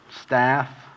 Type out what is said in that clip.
Staff